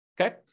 Okay